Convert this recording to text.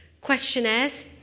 questionnaires